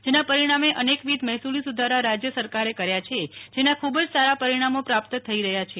જેના પરીણામે અનેકવિધ મહેસૂલી સુધારા રાજ્ય સરકારે કર્યા છે જેના ખુબ જ સારા પરીણામો પ્રાપ્ત થઈ રહ્યાં છે